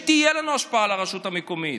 שתהיה לנו השפעה על הרשות המקומית.